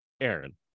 Aaron